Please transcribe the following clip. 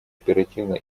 оперативно